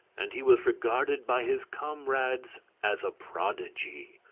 and he was regarded by his comrades as a prodigy.